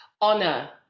honor